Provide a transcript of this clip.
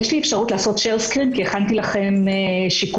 יש לי אפשרות לעשות לכם שיתוף מסך?